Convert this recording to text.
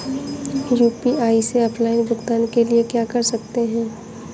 UPI से offline भुगतान के लिए क्या कर सकते हैं?